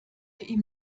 ihm